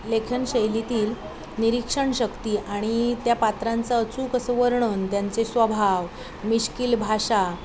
लेखन शैलीतील निरीक्षण शक्ती आणि त्या पात्रांचं अचूक असं वर्णन त्यांचे स्वभाव मिश्किल भाषा